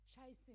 chasing